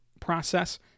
process